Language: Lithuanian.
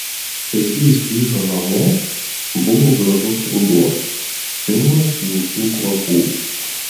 kai jis grįžo namo buvo gražus ruduo pilnas jaukių kvapų